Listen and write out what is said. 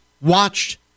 watched